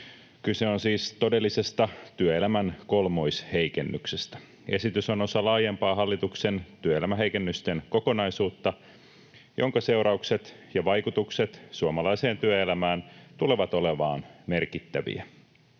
Kyse on siis todellisesta työelämän kolmoisheikennyksestä. Esitys on osa laajempaa hallituksen työelämäheikennysten kokonaisuutta, jonka seuraukset ja vaikutukset suomalaiseen työelämään tulevat olemaan merkittäviä.